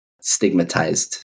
Stigmatized